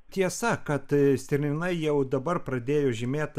tiesa kad stirninai jau dabar pradėjo žymėt